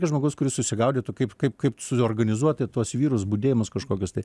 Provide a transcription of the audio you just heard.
žmogaus kuris susigaudytų kaip kaip kaip suorganizuoti tuos vyrus budėjimus kažkokius tai